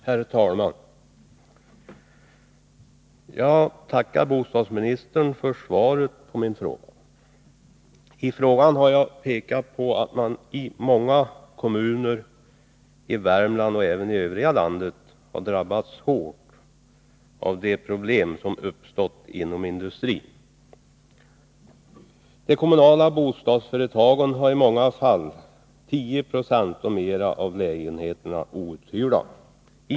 Herr talman! Jag tackar bostadsministern för svaret på min fråga. I frågan har jag pekat på att man i många kommuner i Värmland och även i övriga landet har drabbats hårt av de problem som uppstått inom industrin. De kommunala bostadsföretagen har i många fall 10 20, eller mer, av sina 51 lägenheter outhyrda.